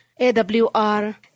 AWR